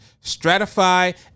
Stratify